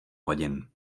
hodin